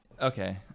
Okay